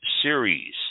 Series